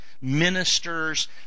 ministers